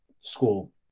school